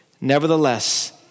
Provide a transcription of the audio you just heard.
Nevertheless